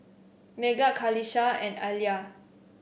Megat Qalisha and Alya